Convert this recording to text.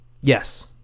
Yes